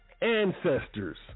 Ancestors